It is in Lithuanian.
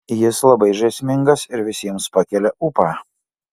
jis labai žaismingas ir visiems pakelia ūpą